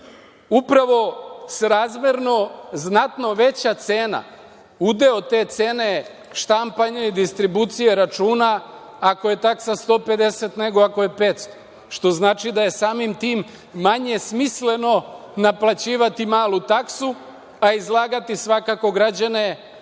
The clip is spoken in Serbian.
upravo srazmerno znatno veća cena, udeo te cene štampanja i distribucije računa, ako je taksa 150, nego ako je 500. Što znači da je samim tim manje smisleno naplaćivati malu taksu, a izlagati svakako građane